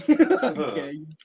Okay